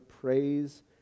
praise